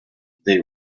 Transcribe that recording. they